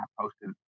posted